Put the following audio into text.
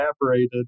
evaporated